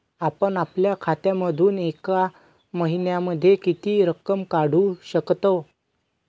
आपण आपल्या खात्यामधून एका महिन्यामधे किती रक्कम काढू शकतो?